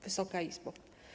Wysoka Izbo!